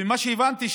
מה שהבנתי,